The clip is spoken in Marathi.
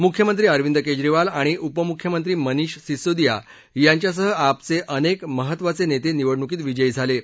मुख्यमंत्री अरविंद केजरीवाल आणि उपमुख्यमंत्री मनिष सिसोदिया यांच्यासह आपचे अनेक महत्त्वाचे नेते निवडणुकीत विजयी झाले आहेत